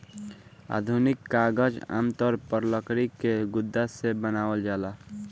आधुनिक कागज आमतौर पर लकड़ी के गुदा से बनावल जाला